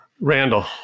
Randall